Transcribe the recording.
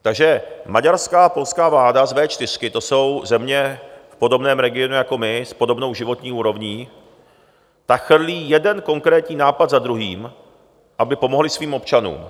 Takže maďarská a polská vláda z V4, to jsou země v podobném regionu jako my, s podobnou životní úrovní, ty chrlí jeden konkrétní nápad za druhým, aby pomohly svým občanům.